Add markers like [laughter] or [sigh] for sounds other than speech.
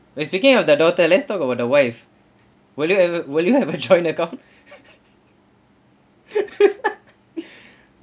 when speaking of the daughter let's talk about the wife will you have will you have a joint account [laughs] [breath]